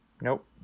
nope